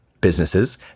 businesses